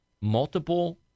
multiple